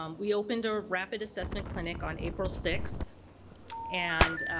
um we opened a rapid assessment clinic on april sixth and